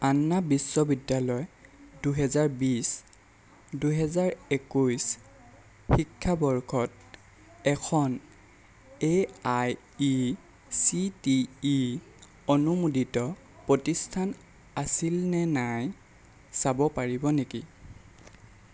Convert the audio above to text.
আন্না বিশ্ববিদ্যালয় দুহেজাৰ বিশ দুহেজাৰ একৈছ শিক্ষাবৰ্ষত এখন এআইচিটিই অনুমোদিত প্ৰতিষ্ঠান আছিল নে নাই চাব পাৰিব নেকি